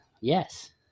yes